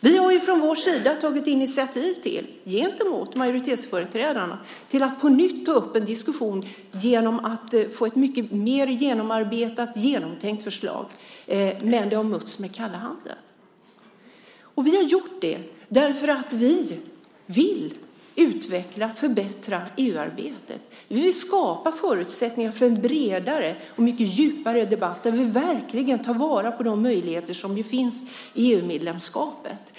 Vi har från vår sida tagit initiativ, gentemot majoritetsföreträdarna, till att på nytt ta upp en diskussion genom att få ett mycket mer genomarbetat, mer genomtänkt förslag, men det har mötts med kalla handen. Vi har gjort det därför att vi vill utveckla, förbättra, EU-arbetet. Vi vill skapa förutsättningar för en bredare och mycket djupare debatt där vi verkligen tar vara på de möjligheter som finns i EU-medlemskapet.